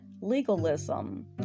legalism